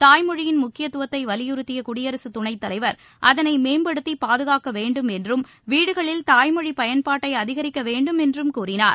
தாய் மொழியின் முக்கியத்துவத்தை வலியுறுத்திய குடியரசு துணைத்தலைவர் அதனை மேம்படுத்தி பாதுகாக்க வேண்டும் என்றம் வீடுகளில் தாய்மொழி பயன்பாட்டை அதிகரிக்க வேண்டும் என்றம் கூறினார்